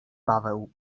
paweł